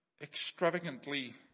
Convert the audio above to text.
extravagantly